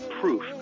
proof